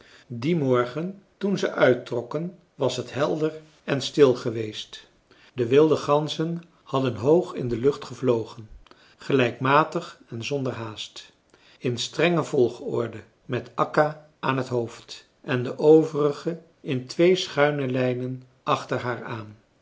dien morgen toen ze uittrokken was het helder en stil geweest de wilde ganzen hadden hoog in de lucht gevlogen gelijkmatig en zonder haast in strenge volgorde met akka aan het hoofd en de overige in twee schuine lijnen achter haar aan